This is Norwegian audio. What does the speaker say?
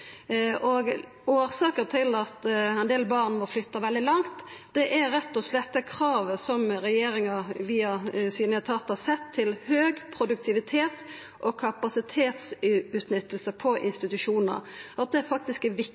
må flytta veldig langt, er rett og slett det kravet som regjeringa, via sine etatar, har sett til høg produktivitet og kapasitetsutnytting på institusjonar – at det faktisk er